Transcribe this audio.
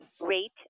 rate